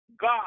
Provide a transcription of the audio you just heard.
God